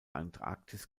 antarktis